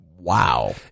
Wow